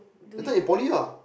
that time in poly lah